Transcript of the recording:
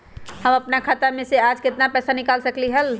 हम अपन खाता में से आज केतना पैसा निकाल सकलि ह?